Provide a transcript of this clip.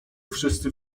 wszyscy